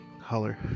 color